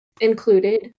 included